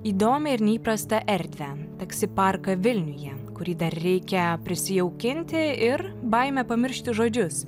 įdomią ir neįprastą erdvę taksi parką vilniuje kurį dar reikia prisijaukinti ir baimę pamiršti žodžius